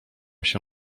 się